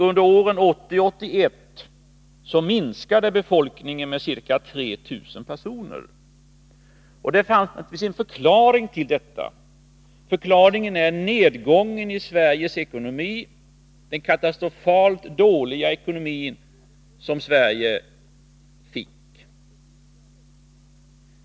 Under åren 1980-1981 minskade befolkningen med ca 3 000 personer. Det fanns naturligtvis en förklaring till detta. Förklaringen är nedgången i Sveriges ekonomi, den katastrofalt dåliga ekonomi som Sverige fick.